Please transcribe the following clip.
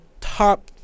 top